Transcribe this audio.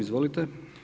Izvolite.